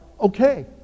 Okay